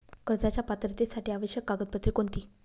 कर्जाच्या पात्रतेसाठी आवश्यक कागदपत्रे कोणती?